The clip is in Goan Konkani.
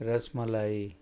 रसमलाई